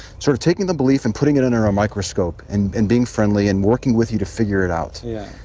sort of, taking the belief and putting it under a microscope and and being friendly, and working with you to figure it out yeah.